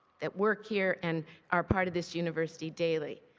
that work here and are part of this university, daily.